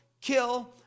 kill